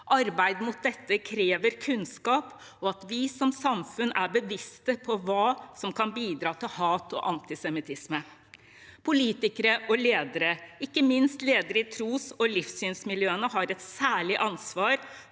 Arbeid mot dette krever kunnskap og at vi som samfunn er bevisst på hva som kan bidra til hat og antisemittisme. Politikere og ledere, ikke minst ledere i tros- og livssynsmiljøene, har et særlig ansvar